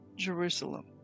Jerusalem